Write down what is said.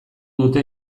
dute